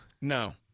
No